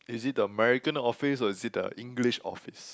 is it the American office or is it the English office